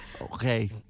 Okay